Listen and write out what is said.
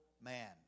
man